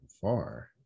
far